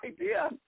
idea